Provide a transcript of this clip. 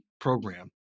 program